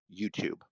YouTube